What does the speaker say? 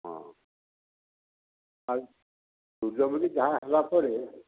ହଁ ଆଉ ସୂର୍ଯ୍ୟମୁଖୀ ଯାହା ହେଲା ପରେ